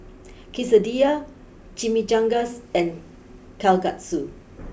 Quesadillas Chimichangas and Kalguksu